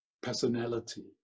personality